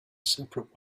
separate